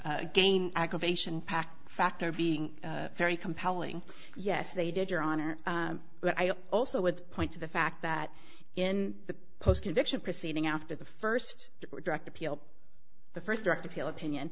again aggravation pact factor being very compelling yes they did your honor but i also would point to the fact that in the post conviction proceeding after the first direct appeal the first direct appeal opinion